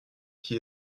qui